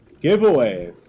Giveaway